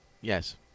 Yes